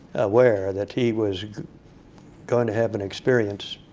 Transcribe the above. aware that he was going to have an experience